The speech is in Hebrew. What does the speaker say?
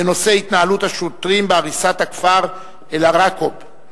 בנושא: התנהלות השוטרים בהריסת הכפר אל-עראקיב.